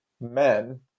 men